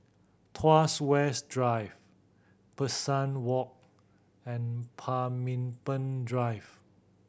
Tuas West Drive Pesari Walk and Pemimpin Drive